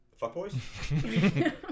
Fuckboys